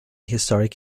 historic